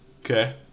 Okay